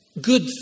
Good